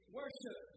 worship